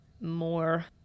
more